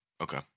Okay